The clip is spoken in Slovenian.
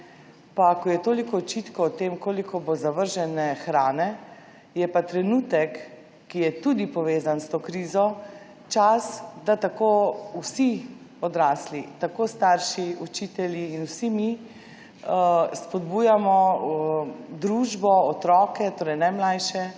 pa je toliko očitkov o tem, koliko bo zavržene hrane, je pa trenutek, ki je tudi povezan s to krizo, čas, da vsi odrasli, tako starši, učitelji in vsi mi, spodbujamo družbo, otroke, od najmlajših